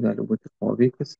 gali būti poveikis